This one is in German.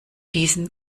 diesen